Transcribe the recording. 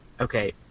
okay